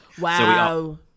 Wow